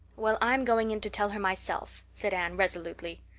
well, i'm going in to tell her myself, said anne resolutely.